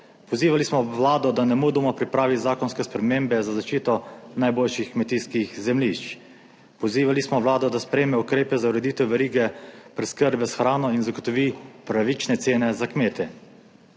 Pozivali smo Vlado, da nemudoma pripravi zakonske spremembe za zaščito najboljših kmetijskih zemljišč. Pozivali smo Vlado, da sprejme ukrepe za ureditev verige preskrbe s hrano in zagotovi pravične cene za kmete.